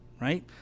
right